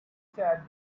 said